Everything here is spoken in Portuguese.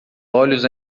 olhos